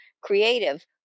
creative